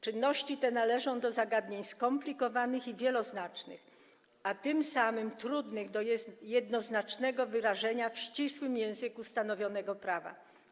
Czynności te należą do zagadnień skomplikowanych i wieloznacznych, a tym samym trudnych do jednoznacznego wyrażenia w ścisłym języku stanowionego prawa.